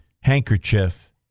handkerchief